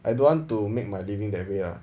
I don't want to make my living that way lah